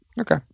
Okay